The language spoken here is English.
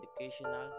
educational